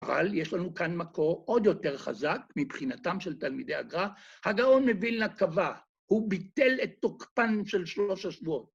‫אבל יש לנו כאן מקור עוד יותר חזק ‫מבחינתם של תלמידי הגרא. ‫הגאון מוילנא קבע, ‫הוא ביטל את תוקפן של שלוש השבועות.